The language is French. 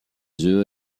joue